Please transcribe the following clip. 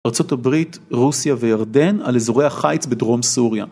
ארה״ב, רוסיה וירדן על אזורי החיץ בדרום סוריה.